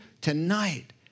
tonight